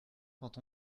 quand